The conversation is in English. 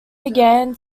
began